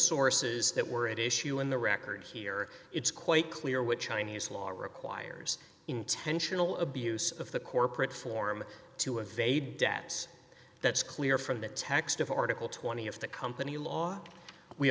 sources that were at issue in the record here it's quite clear which chinese law requires intentional abuse of the corporate form to evade debts that's clear from the text of article twenty of the company law we